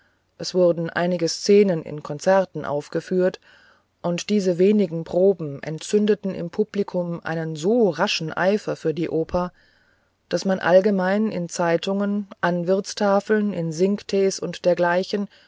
es wurden einige szenen in konzerten ausgeführt und diese wenigen proben entzündeten im publikum einen so raschen eifer für die oper daß man allgemein in zeitungen an wirtstafeln in singtees und dergleichen